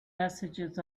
messages